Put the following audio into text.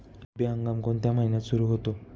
रब्बी हंगाम कोणत्या महिन्यात सुरु होतो?